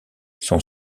son